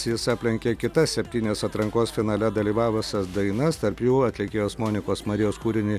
jis aplenkė kitas septynias atrankos finale dalyvavusias dainas tarp jų atlikėjos monikos marijos kūrinį